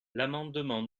l’amendement